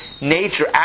nature